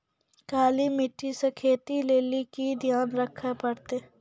काली मिट्टी मे खेती लेली की ध्यान रखे परतै?